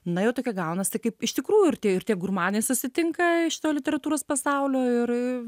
na jau tokia gaunasi kaip iš tikrųjų ir tie ir tie gurmanai susitinka iš to literatūros pasaulio ir a